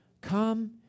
Come